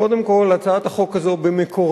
קודם כול, הצעת החוק הזאת במקורה